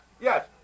yes